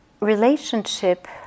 relationship